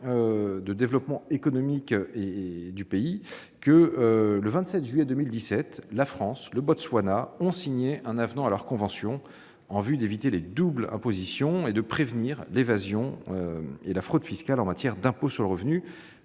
de développement économique du pays, le 27 juillet 2017, la France et le Botswana ont signé un avenant à leur convention en vue d'éviter les doubles impositions et de prévenir l'évasion et la fraude fiscales en matière d'impôts sur le revenu,